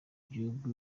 ibihugu